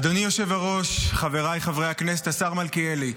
אדוני היושב-ראש, חבריי חברי הכנסת, השר מלכיאלי,